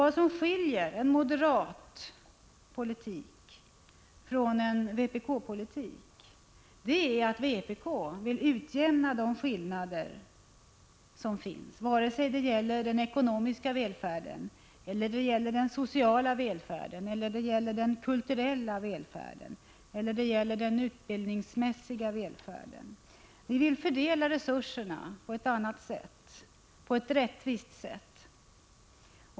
Vad som skiljer en moderat politik från en vpk-politik är att vpk vill utjämna de skillnader som finns, vare sig det gäller den ekonomiska välfärden, den sociala välfärden, den kulturella välfärden eller den utbildningsmässiga välfärden. Vi vill fördela resurserna på ett annat och rättvist sätt.